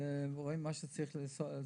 רואים אילו תיקונים צריך לעשות.